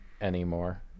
anymore